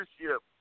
leadership